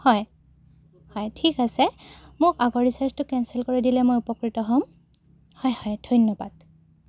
হয় হয় ঠিক আছে মোক আগৰ ৰিচাৰ্জটো কেঞ্চেল কৰি দিলে মই উপকৃত হ'ম হয় হয় ধন্যবাদ